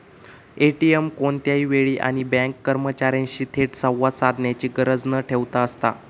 ATM कोणत्याही वेळी आणि बँक कर्मचार्यांशी थेट संवाद साधण्याची गरज न ठेवता असता